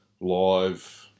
live